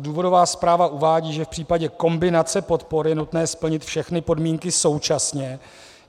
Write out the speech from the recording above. Důvodová zpráva uvádí, že v případě kombinace podpory je nutné splnit všechny podmínky současně,